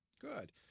Good